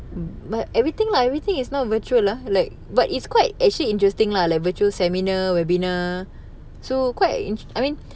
but everything lah everything is now virtual lah like but it's quite actually interesting lah like virtual seminar webinar so quite I mean